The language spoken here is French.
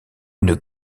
une